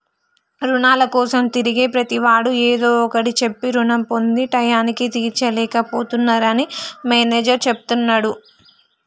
రుణాల కోసం తిరిగే ప్రతివాడు ఏదో ఒకటి చెప్పి రుణం పొంది టైయ్యానికి తీర్చలేక పోతున్నరని మేనేజర్ చెప్తున్నడు